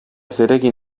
zerekin